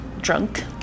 drunk